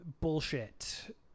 bullshit